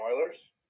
Oilers